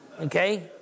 Okay